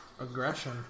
aggression